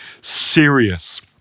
serious